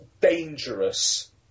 dangerous